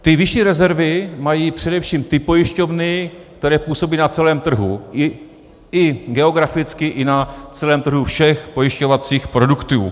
Ty vyšší rezervy mají především ty pojišťovny, které působí na celém trhu, i geograficky i na celém trhu všech pojišťovacích produktů.